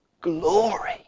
glory